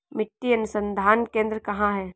मिट्टी अनुसंधान केंद्र कहाँ है?